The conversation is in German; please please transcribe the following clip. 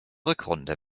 rückrunde